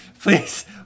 Please